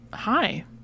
hi